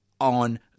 on